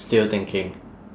still thinking